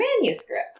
manuscript